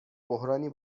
بحرانی